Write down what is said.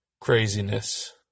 Craziness